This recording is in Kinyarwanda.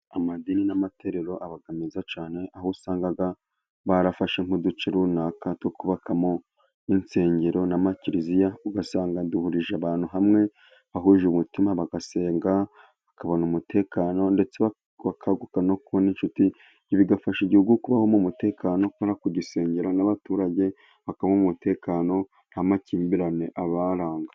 Amadini n'amatorero aba meza cyane ,aho usanga barafashe nk'uduce runaka two kubakamo insengero n'ama kiliziya ,ugasanga duhurije abantu hamwe bahuje umutima bagasenga, bakabona umutekano ndetse bakaguka no kubona inshuti ,bigafasha igihugu kubaho mu mutekano kubera kugisengera, n'abaturage bakabaha umutekano nta makimbirane abaranga.